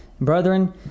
Brethren